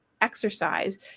exercise